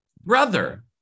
brother